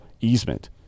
easement